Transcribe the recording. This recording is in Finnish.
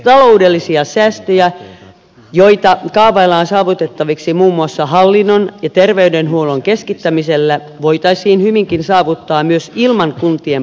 taloudellisia säästöjä joita kaavaillaan saavutettaviksi muun muassa hallinnon ja terveydenhuollon keskittämisellä voitaisiin hyvinkin saavuttaa myös ilman kuntien pakkoliitoksia